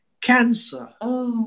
cancer